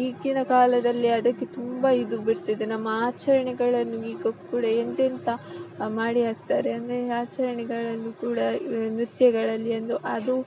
ಈಗಿನ ಕಾಲದಲ್ಲಿ ಅದಕ್ಕೆ ತುಂಬ ಇದು ಬಿಡ್ತಿದೆ ನಮ್ಮ ಆಚರಣೆಗಳನ್ನು ಈಗ ಕೂಡ ಎಂಥೆಂಥ ಮಾಡಿ ಹಾಕ್ತಾರೆ ಅಂದರೆ ಆಚರಣೆಗಳನ್ನು ಕೂಡ ನೃತ್ಯಗಳಲ್ಲಿಯೊಂದು ಅದು